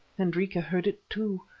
hendrika heard it too.